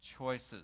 choices